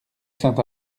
saint